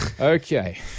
okay